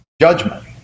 judgment